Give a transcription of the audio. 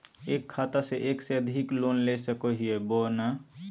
एक खाता से एक से अधिक लोन ले सको हियय बोया नय?